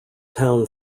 town